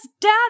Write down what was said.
daddy